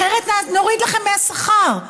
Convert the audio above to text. אחרת נוריד לכם מהשכר.